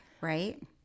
right